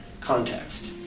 context